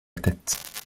tête